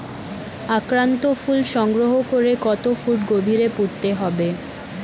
আক্রান্ত ফল সংগ্রহ করে কত ফুট গভীরে পুঁততে হবে?